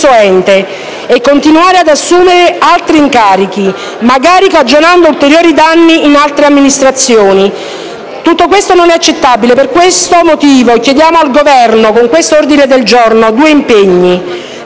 e continuare ad assumere altri incarichi, magari cagionando ulteriori danni in altre amministrazioni. Tutto questo non è accettabile, per questo motivo chiediamo al Governo, con quest'ordine del giorno, di